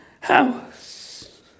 house